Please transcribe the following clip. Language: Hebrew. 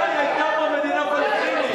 מתי היתה פה מדינה פלסטינית?